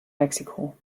mexiko